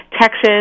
Texas